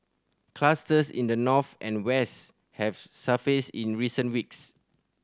clusters in the north and west have surfaced in recent weeks